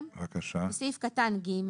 בסעיף קטן (ג)